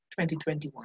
2021